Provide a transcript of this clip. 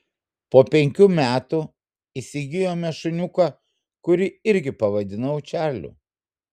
po penkių metų įsigijome šuniuką kurį irgi pavadinau čarliu